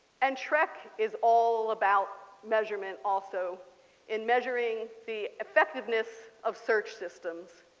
and trec is all about measurement also in measureing the effectiveness of search systems.